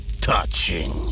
Touching